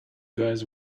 guys